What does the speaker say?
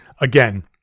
again